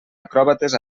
acròbates